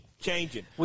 changing